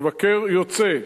מבקר יוצא.